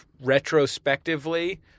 retrospectively